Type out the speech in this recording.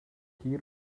کیر